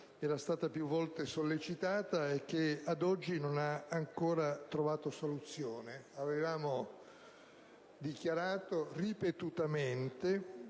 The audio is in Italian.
questione più volte sollecitata che ad oggi non ha ancora trovato soluzione. Abbiamo dichiarato ripetutamente